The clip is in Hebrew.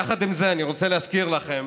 יחד עם זה, אני רוצה להזכיר לכם